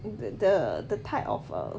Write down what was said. the the the type of a